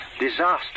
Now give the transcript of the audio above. disaster